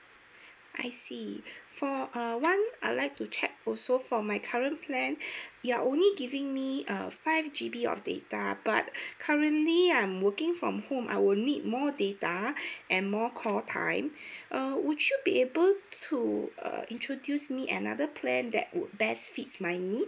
I see four R one I'd like to check also for my current plan you're only giving me err five G_B of data but currently I'm working from home I will need more data and more call time err would should be able to uh introduce me another plan that would best fits my needs